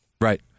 Right